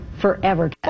forever